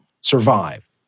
survived